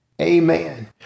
amen